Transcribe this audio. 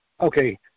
Okay